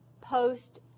post